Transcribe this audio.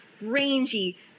rangy